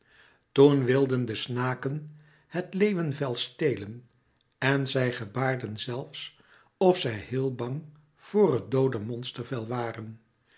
toen wilden de snaken het leeuwenvel stelen en zij gebaarden zelfs of zij heel bang voor het doode monstervel waren